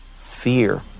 fear